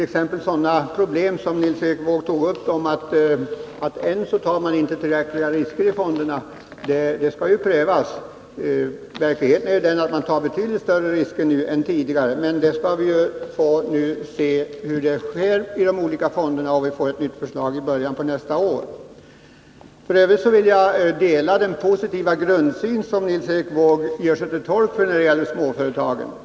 Exempelvis sådana problem som Nils Erik Wååg tog upp, att man inte tar tillräckliga risker i fonderna, skall ju prövas. Verkligheten är den att man tar betydligt större risker nu än tidigare, men vi skall nu se hur det sker i de olika fonderna. Vi får ett nytt förslag i början på nästa år. F. ö. delar jag den positiva grundsyn som Nils Erik Wååg gör sig till tolk för när det gäller småföretagen.